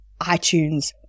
iTunes